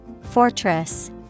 Fortress